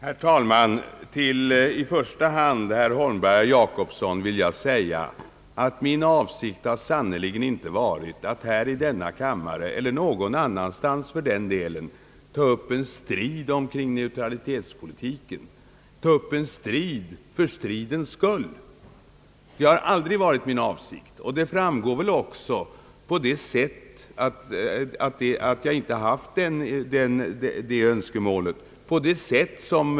Herr talman! Till i första hand herrar Holmberg och Jacobsson vill jag säga, att min avsikt sannerligen inte har varit att här i denna kammare eller någon annanstans ta upp en strid om neutralitetspolitiken för stridens egen skull. Det har aldrig varit min avsikt, och det framgår väl också av interpellationssvarets utformning att jag inte haft det önskemålet.